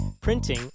printing